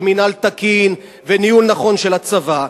מינהל תקין וניהול נכון של הצבא,